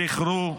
זכרו,